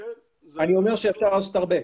אני אומר אפשר לעשות הרבה.